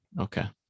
Okay